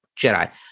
Jedi